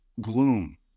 gloom